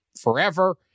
forever